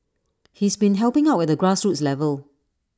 he's been helping out at the grassroots level